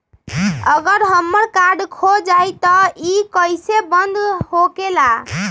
अगर हमर कार्ड खो जाई त इ कईसे बंद होकेला?